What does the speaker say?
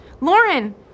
Lauren